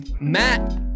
Matt